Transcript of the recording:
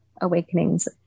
awakenings